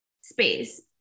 space